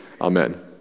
Amen